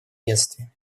бедствиями